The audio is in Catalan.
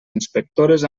inspectores